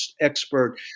expert